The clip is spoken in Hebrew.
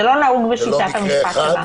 זה לא נהוג בשיטת המשפט שלנו.